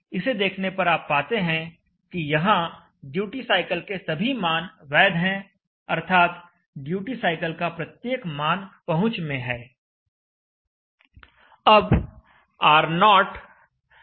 इसे देखने पर आप पाते हैं कि यहां ड्यूटी साइकिल के सभी मान वैध हैं अर्थात ड्यूटी साइकिल का प्रत्येक मान पहुंच में है